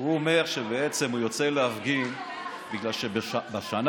הוא אומר שבעצם הוא יוצא להפגין בגלל שבשנה